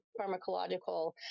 pharmacological